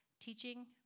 teaching